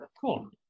cool